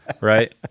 right